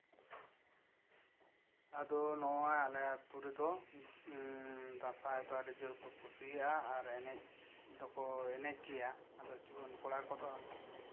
ᱟᱫᱚ ᱱᱚᱜᱼᱚᱭ ᱟᱞᱮ ᱟᱹᱛᱩ ᱨᱮᱫᱚ ᱩᱸ ᱫᱟᱸᱥᱟᱭ ᱫᱚ ᱟᱹᱰᱤ ᱡᱳᱨ ᱠᱚ ᱠᱩᱥᱤᱭᱟᱜᱼᱟ ᱟᱨ ᱮᱱᱮᱡ ᱫᱚᱠᱚ ᱮᱱᱮᱡ ᱜᱮᱭᱟ ᱟᱫᱚ ᱡᱩᱣᱟᱹᱱ ᱠᱚᱲᱟ ᱠᱚᱫᱚ